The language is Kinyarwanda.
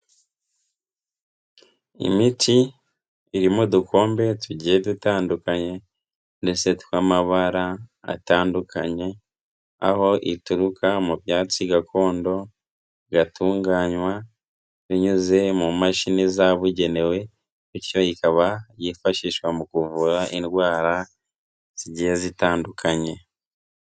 Imiti irimo udukombe tugiye dutandukanye ndetse tw'amabara atandukanye aho ituruka mu byatsi gakondo, igatunganywa binyuze mu mashini zabugenewe bityo ikaba yifashishwa mu kuvura indwara zigiye zitandukanye.